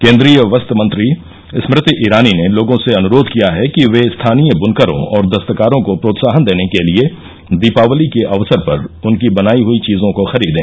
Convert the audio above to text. केन्द्रीय वस्त्र मंत्री स्मृति ईरानी ने लोगों से अनुरोध किया है कि वे स्थानीय बुनकरों और दस्तकारों को प्रोत्साहन देने के लिए दीपावली के अवसर पर उनकी बनाई हई चीजों को खरीदें